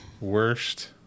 Worst